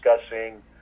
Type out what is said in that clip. discussing